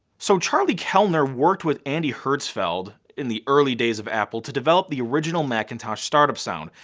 so charlie kellner worked with andy hertzfeld in the early days of apple to develop the original macintosh startup sound.